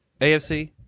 AFC